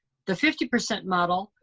the fifty percent model,